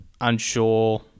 unsure